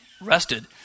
rested